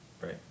Right